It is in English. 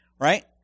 right